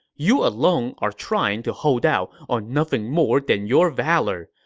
you alone are trying to hold out on nothing more than your valor.